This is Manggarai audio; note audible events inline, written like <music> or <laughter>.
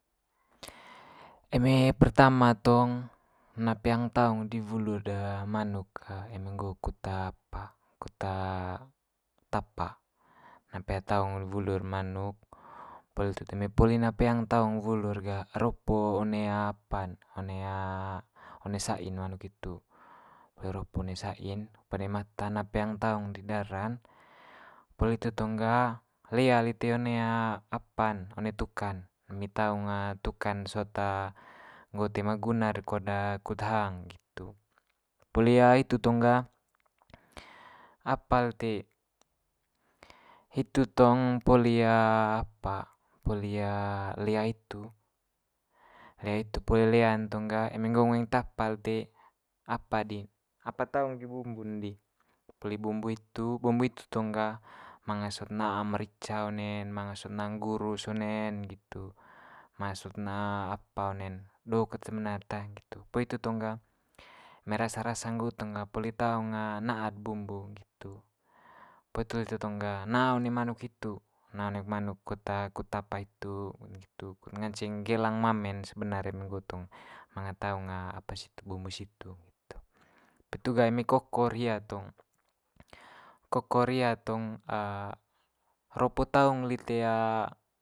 <noise> Eme pertama tong na peang taung di wulu de manuk eme nggo kut apa kut tapa, na peang taung wulu'r de manuk, poli itu eme poli na peang taung wulu'r ga ropo one apa'n one one sai'n manuk hitu. Poli ropo one sai'n pande mata na peang taung di dara'n. Poli itu tong ga lea lite one <hesitation> apa'n one tuka'n emi taung tuka'n sot nggo toe ma guna'r kut kut hang nggitu. Poli itu tong ga apa lite hitu tong poli apa poli lea hitu, lea hitu poli lea'n tong ga eme nggo ngoeng tapa lite apa di, apa taung di bumbu'n di. Poli bumbu hitu, bumbu hitu tong ga manga sot na merica one'n, manga sot na nggurus one'n, nggitu. Ma sot na apa one'n do ket sebenar tah nggitu, poli hitu tong ga eme rasa rasa nggo tong ga poli taong na'ad bumbu nggitu. Poli itu lite tong ga na'a one manuk hitu na'a one manuk kut apa hitu, nggitu kut nganceng gelang mame'n sebenar eme nggo tong manga taung apa situ bumbu situ, nggitu. Poli itu ga eme kokor hia tong kokor hia tong <hesitation> ropo taung lite.